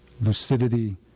lucidity